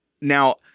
Now